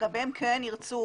שלגביהם כן ירצו